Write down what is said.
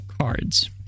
Cards